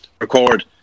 record